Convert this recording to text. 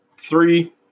Three